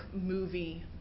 movie